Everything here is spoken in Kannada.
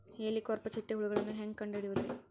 ಹೇಳಿಕೋವಪ್ರ ಚಿಟ್ಟೆ ಹುಳುಗಳನ್ನು ಹೆಂಗ್ ಕಂಡು ಹಿಡಿಯುದುರಿ?